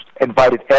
invited